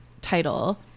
title